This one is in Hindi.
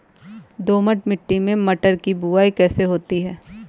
दोमट मिट्टी में मटर की बुवाई कैसे होती है?